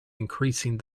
increasing